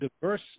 diverse